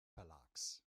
verlags